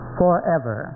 forever